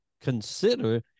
consider